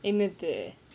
என்னைக்கு:ennaikku